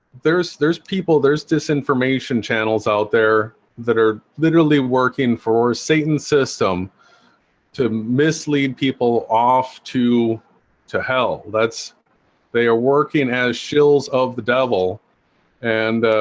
there's there's people there's disinformation channels out there that are literally working for satan system to mislead people off to to hell that's they are working as shills of the devil and